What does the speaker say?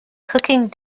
cooking